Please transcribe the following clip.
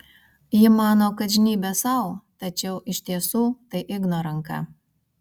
ji mano kad žnybia sau tačiau iš tiesų tai igno ranka